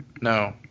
no